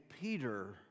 Peter